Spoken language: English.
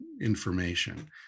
information